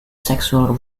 sexual